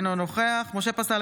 אינו נוכח משה פסל,